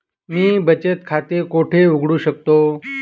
मी बचत खाते कोठे उघडू शकतो?